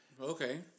Okay